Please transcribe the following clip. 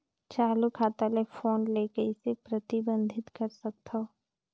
चालू खाता ले फोन ले कइसे प्रतिबंधित कर सकथव?